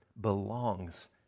belongs